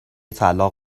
طلاق